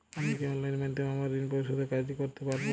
আমি কি অনলাইন মাধ্যমে আমার ঋণ পরিশোধের কাজটি করতে পারব?